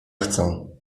chcę